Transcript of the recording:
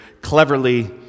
cleverly